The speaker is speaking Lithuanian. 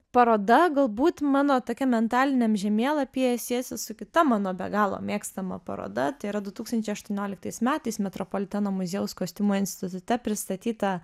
paroda galbūt mano tokiam mentaliniam žemėlapyje siesis su kita mano be galo mėgstama paroda tai yra du tūkstančiai aštuoniolikatais metais metropoliteno muziejaus kostiumų institute pristatyta